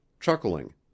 chuckling